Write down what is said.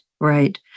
right